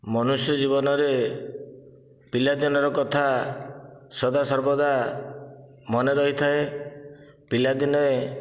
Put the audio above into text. ମନୁଷ୍ୟ ଜୀବନରେ ପିଲାଦିନର କଥା ସଦା ସର୍ବଦା ମନେ ରହିଥାଏ ପିଲାଦିନେ